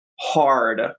hard